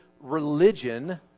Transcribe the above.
religion